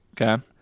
Okay